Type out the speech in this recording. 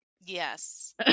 Yes